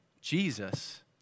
Jesus